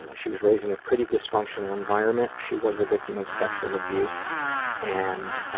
ah she was raised in a pretty dysfunctional environment she was the victim of sexual abuse and